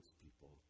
people